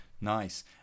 Nice